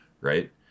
right